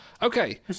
Okay